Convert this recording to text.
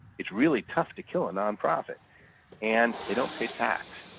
it's really tough to kill a non-profit and they don't pay tax.